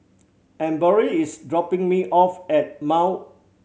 Emory is dropping me off at